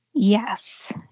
Yes